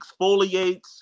exfoliates